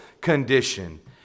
condition